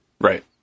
Right